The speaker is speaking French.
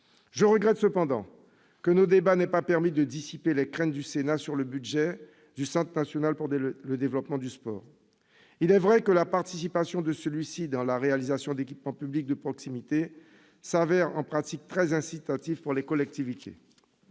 Je regrette cependant que nos débats n'aient pas permis de dissiper les craintes du Sénat sur le budget du Centre national pour le développement du sport. Il est vrai que la participation de celui-ci dans la réalisation d'équipements publics de proximité se révèle en pratique très incitative pour les collectivités.